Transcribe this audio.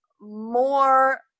more